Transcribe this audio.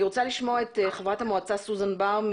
אני רוצה לשמוע את חברת המועצה סוזן בר,